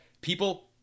people